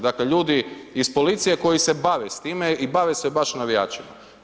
Dakle, ljudi iz policije koji se bave s time i bave se baš navijačima.